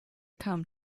come